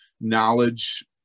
knowledge